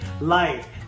life